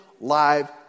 live